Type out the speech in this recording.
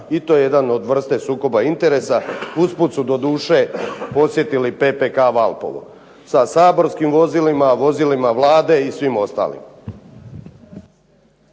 i to je jedan od vrste sukoba interesa. Usput su doduše posjetili PPK Valpovo, sa saborskim vozilima, vozilima Vlade i svim ostalim.